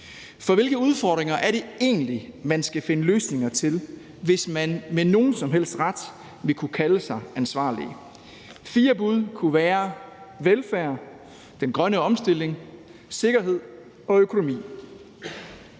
For hvilke udfordringer er det egentlig, at man skal finde løsninger på, hvis man med nogen som helst ret vil kunne kalde sig ansvarlig? Fire bud kunne være: velfærd, den grønne omstilling, sikkerhed og økonomi.